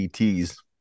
ETs